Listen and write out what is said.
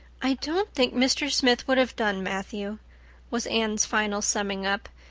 i don't think mr. smith would have done, matthew was anne's final summing up.